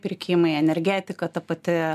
pirkimai energetika ta pati